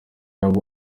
yaba